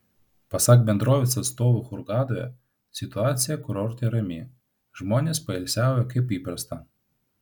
pasak bendrovės atstovų hurgadoje situacija kurorte rami žmonės poilsiauja kaip įprasta